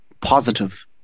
positive